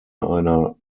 einer